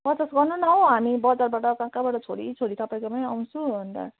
पचास गर्नु न हौ हामी बजारबाट कहाँ कहाँबाट छोडी छोडी तपाईँकोमै आउँछु अनि त